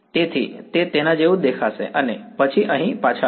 તેથી તે તેના જેવું દેખાશે અને પછી અહીં પાછા આવો